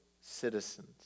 citizens